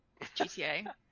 GTA